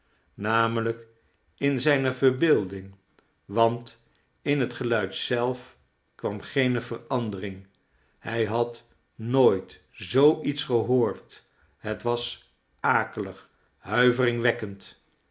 namelijk in zijne verbeelding want in het geluid zelf kwam geene verandering hij had nooit zoo iets gehoord het was akelig